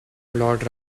lord